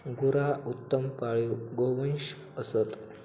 गुरा उत्तम पाळीव गोवंश असत